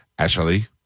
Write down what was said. Ashley